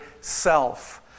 self